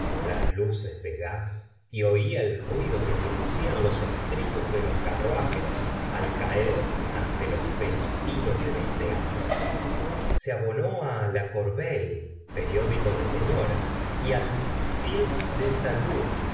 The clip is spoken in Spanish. las luces de gas y ola el ruido que producían los estribos de los carruajes al caer ante los peristilos de los teatros la señora de bovary se abonó á la corbeille periódico de setioras y al sylphe des salons